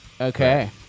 Okay